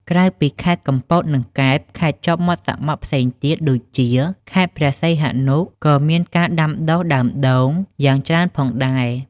ក្រៅពីខេត្តកំពត និងកែប ខេត្តជាប់មាត់សមុទ្រផ្សេងទៀតដូចជា ខេត្តព្រះសីហនុ ក៏មានការដាំដុះដើមដូងយ៉ាងច្រើនផងដែរ។